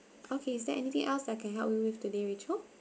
okay is there anything else I can help you with today rachel